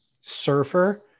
surfer